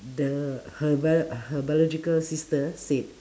the her bio~ her biological sister said